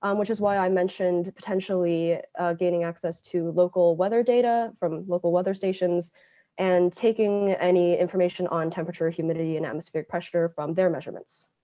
um which is why i mentioned potentially gaining access to local weather data from local weather stations and taking any information on temperature, humidity, and atmospheric pressure from their measurements.